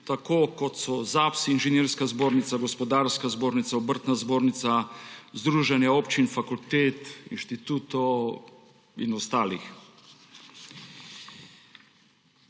tako kot so ZPAS, Inženirska zbornica, Gospodarska zbornica, obrtna zbornica, združenja občin, fakultet, inštitutov in ostalih.